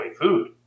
food